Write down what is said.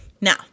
Now